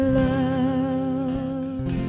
love